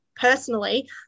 personally